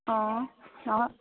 অঁ অঁ